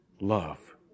love